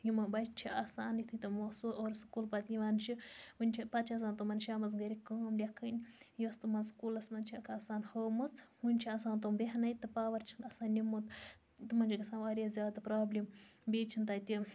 یِم وۄنۍ بَچہِ چھِ آسان یُتھُے تِمَو سُہ اورٕ سُکول پَتہٕ یِوان چھِ ونہ چھِ پَتہٕ چھ آسان تِمَن شامَس گَرِ کٲم لیٚکھٕنۍ یۄس تِمَن سکوٗلَس مَنٛز چھَکھ آسان ہٲومٕژ ونہ چھِ آسان تِم بیٚہنے تہٕ پاور چھُ آسان نیُمُت تمن چھِ گَژھان واریاہ زیادٕ پرابلم بیٚیہِ چھنہٕ تَتہِ